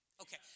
Okay